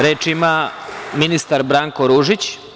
Reč ima ministar Branko Ružić.